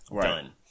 Done